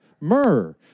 myrrh